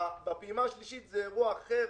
בפעימה השלישית זה אירוע אחר.